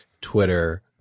Twitter